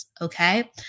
Okay